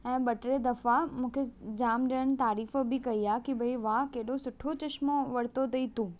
ऐं ॿ टे दफ़ा मूंखे जाम ॼण तारीफ़ बि कई आहे की भई वाह केॾो सुठो चश्मो वरितो अथई तूं